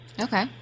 Okay